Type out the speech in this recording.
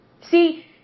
See